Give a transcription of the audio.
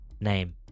Name